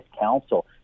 counsel